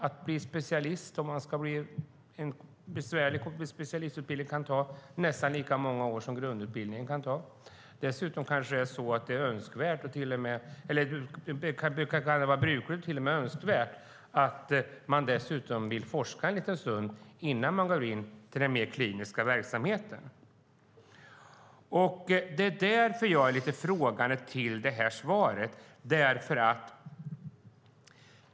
Att bli specialist kan ta nästan lika många år som grundutbildningen om det är en besvärlig specialistutbildning. Dessutom är det kanske brukligt eller till och med önskvärt att man ägnar en tid åt forskning innan man går in i den mer kliniska verksamheten. Därför ställer jag mig lite frågande till svaret.